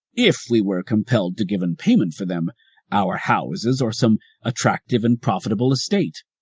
if we were compelled to give in payment for them our houses or some attractive and profitable estate.